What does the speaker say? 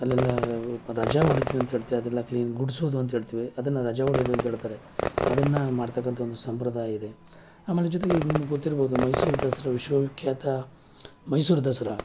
ಅಲ್ಲೆಲ್ಲಾ ರಜಾ ಹೊಡಿತೀವಿ ಅಂತ ಹೇಳ್ತೀವಿ ಅದೆಲ್ಲ ಕ್ಲೀನ್ ಗುಡಿಸೋದು ಅಂತ ಹೇಳ್ತೀವಿ ಅದನ್ನು ರಜಾ ಹೊಡೆಯೋದು ಅಂತ ಹೇಳ್ತಾರೆ ಅದನ್ನು ಮಾಡ್ತಕ್ಕಂಥ ಒಂದು ಸಂಪ್ರದಾಯ ಇದೆ ಆಮೇಲೆ ಜೊತೆಗೆ ಇದು ನಿಮ್ಗೆ ಗೊತ್ತಿರ್ಬೋದು ಮೈಸೂರು ದಸರಾ ವಿಶ್ವ ವಿಖ್ಯಾತ ಮೈಸೂರು ದಸರಾ